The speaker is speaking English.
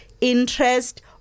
interest